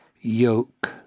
yoke